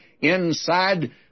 Inside